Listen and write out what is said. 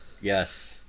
Yes